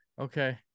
Okay